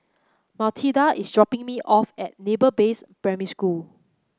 Mathilda is dropping me off at Naval Base Primary School